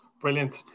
brilliant